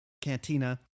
cantina